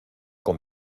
con